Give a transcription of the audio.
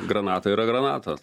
granata yra granata